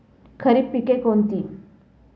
खरीप पिके कोणती?